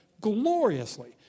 gloriously